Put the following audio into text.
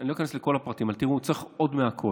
אני לא איכנס לכל הפרטים אבל צריך עוד מהכול.